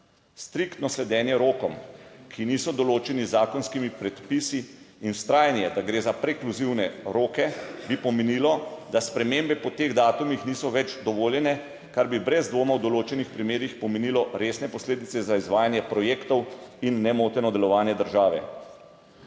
Striktno sledenje rokom, ki niso določeni z zakonskimi predpisi, in vztrajanje da gre za prekluzivne roke, bi pomenilo, da spremembe po teh datumih niso več dovoljene, kar bi brez dvoma v določenih primerih pomenilo resne posledice za izvajanje projektov in nemoteno delovanje države.